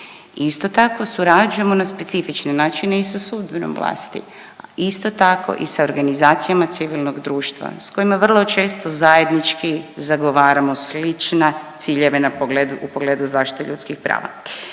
Isto tako surađujemo na specifične načine i sa sudbenom vlasti, isto tako i s organizacijama civilnog društva s kojima vrlo često zajednički zagovaramo slične ciljeve u pogledu zaštite ljudskih prava.